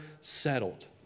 settled